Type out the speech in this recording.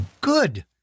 Good